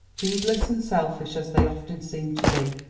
heedless and selfish as they often seem to be.